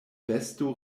besto